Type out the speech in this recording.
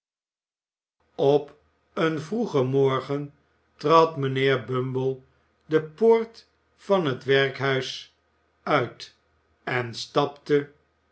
op een vroegen morgen trad mijnheer bumble de poort van het werkhuis uit en stapte